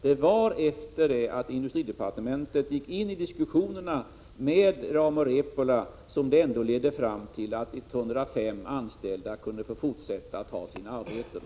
Det var efter det att industridepartementet gick in i diskussioner med Rauma Repola som 105 anställda kunde få fortsätta att ha sina arbeten.